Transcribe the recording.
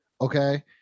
Okay